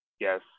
yes